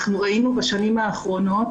ראינו בשנים האחרונות